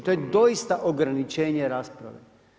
To je doista ograničenje rasprave.